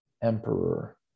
emperor